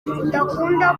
udakunda